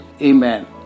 Amen